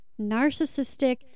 narcissistic